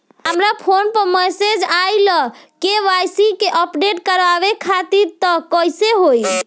हमरा फोन पर मैसेज आइलह के.वाइ.सी अपडेट करवावे खातिर त कइसे होई?